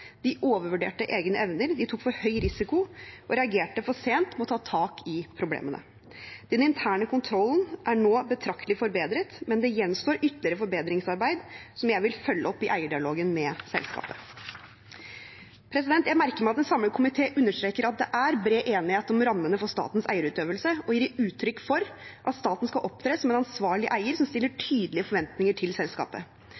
De overvurderte egne evner, de tok for høy risiko og reagerte for sent med å ta tak i problemene. Den interne kontrollen er nå betraktelig forbedret, men det gjenstår ytre forbedringsarbeid, som jeg vil følge opp i eierdialogen med selskapet. Jeg merker meg at en samlet komité understreker at det er bred enighet om rammene for statens eierutøvelse, og gir uttrykk for at staten skal opptre som en ansvarlig eier som stiller